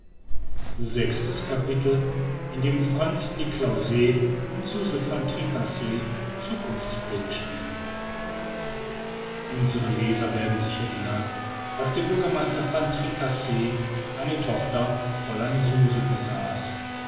sechstes capitel in dem frantz niklausse und suzel van tricasse zukunftspläne schmieden unsere leser werden sich erinnern daß der bürgermeister van tricasse eine tochter fräulein suzel besaß